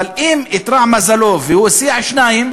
אבל אם איתרע מזלו והוא הסיע שניים,